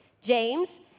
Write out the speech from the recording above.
James